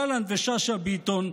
גלנט ושאשא ביטון,